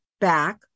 back